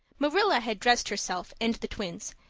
marilla had dressed herself and the twins,